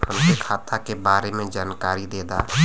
हमके खाता के बारे में जानकारी देदा?